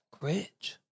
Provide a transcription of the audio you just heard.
Rich